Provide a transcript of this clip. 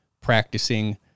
practicing